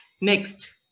Next